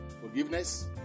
Forgiveness